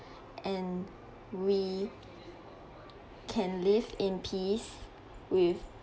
and we can live in peace with